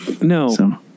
No